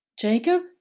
Jacob